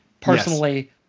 Personally